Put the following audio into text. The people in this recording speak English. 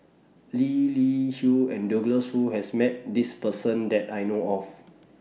Lee Li Hui and Douglas Foo has Met This Person that I know of